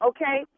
Okay